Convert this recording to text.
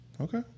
Okay